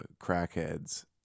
crackheads